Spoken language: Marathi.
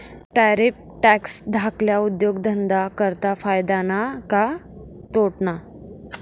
टैरिफ टॅक्स धाकल्ला उद्योगधंदा करता फायदा ना का तोटाना?